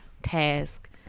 task